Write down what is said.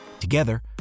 Together